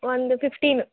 ಒಂದು ಫಿಫ್ಟೀನ್